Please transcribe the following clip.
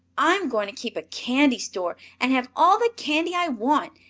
i'm going to keep a candy store, and have all the candy i want,